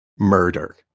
Murder